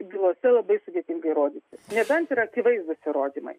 bylose labai sudėtinga įrodyti nebent yra akivaizdūs įrodymai